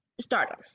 Stardom